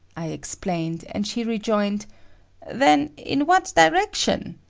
i explained, and she rejoined then, in what direction?